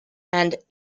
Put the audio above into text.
and